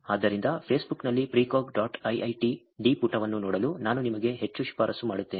ಆದ್ದರಿಂದ ಫೇಸ್ಬುಕ್ನಲ್ಲಿ precog dot IIIT D ಪುಟವನ್ನು ನೋಡಲು ನಾನು ನಿಮಗೆ ಹೆಚ್ಚು ಶಿಫಾರಸು ಮಾಡುತ್ತೇನೆ